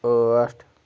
ٲٹھ